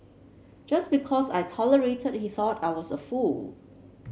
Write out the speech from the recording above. just because I tolerated he thought I was a fool